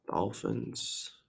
Dolphins